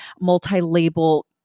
multi-label